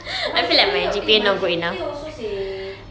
my G_P_A eh my G_P_A also same